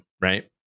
Right